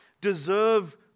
deserve